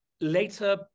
later